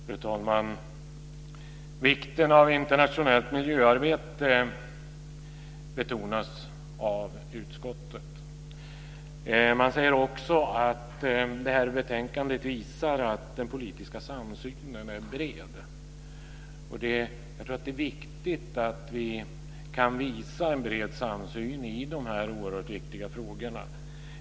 Fru talman! Vikten av internationellt miljöarbete betonas av utskottet. Man säger också att detta betänkande visar att den politiska samsynen är bred. Jag tror att det är viktigt att vi kan visa en bred samsyn i dessa oerhört viktiga frågor.